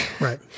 right